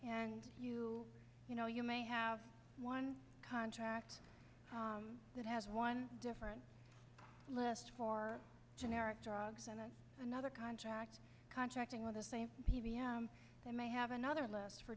yeah you know you may have one contract that has one different list for generic drugs and then another contract contracting with the same they may have another less for